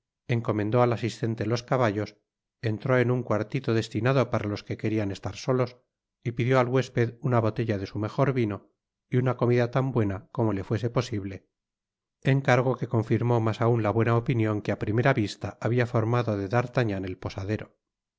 encomendó al asistente los caballos entró en un cuartito destinado para los que querian estar solos y pidió al huésped una botella de su mejor vino y una comida tan buena como le fuese posible encargo que confirmó mas aun la buena opinion que á primera vista habia formado de d'artagnan el posadero